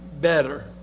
better